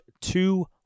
two